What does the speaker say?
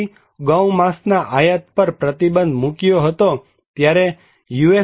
થી ગૌમાંસના આયાત પર પ્રતિબંધ મૂક્યો હતોત્યારે યુ